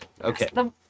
Okay